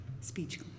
Speech